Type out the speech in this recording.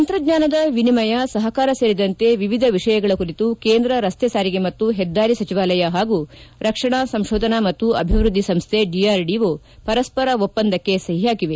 ತಂತ್ರಜ್ಞಾನದ ವಿನಿಮಯ ಸಪಕಾರ ಸೇರಿದಂತೆ ವಿವಿಧ ವಿಷಯಗಳ ಕುರಿತು ಕೇಂದ್ರ ರಸ್ತೆ ಸಾರಿಗೆ ಮತ್ತು ಹೆದ್ದಾರಿ ಸಚಿವಾಲಯ ಹಾಗೂ ರಕ್ಷಣಾ ಸಂಶೋಧನಾ ಮತ್ತು ಅಭಿವೃದ್ಧಿ ಸಂಸ್ಥೆ ಡಿಆರ್ಡಿಒ ಪರಸ್ಪರ ಒಪ್ಪಂದಕ್ಕೆ ಸಹಿ ಹಾಕಿದೆ